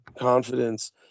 confidence